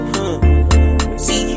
See